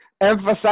Emphasize